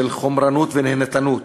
של חומרנות ונהנתנות,